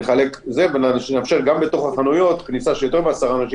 כך שאפשר יהיה להכניס לתוך החנויות יותר מ-10 אנשים.